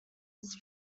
his